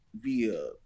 via